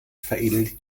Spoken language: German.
veredelt